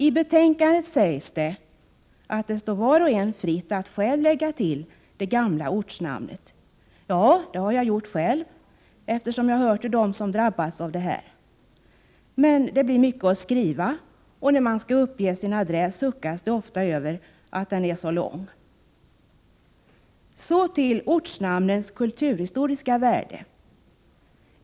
I betänkandet sägs att det står var och en fritt att själv lägga till det gamla ortsnamnet. Ja, det har jag gjort själv, eftersom jag hör till dem som drabbats i det här sammanhanget. Men det blir mycket att skriva, och när man skall uppge sin adress suckas det ofta över att den är så lång. Så till ortsnamnens kulturhistoriska värde.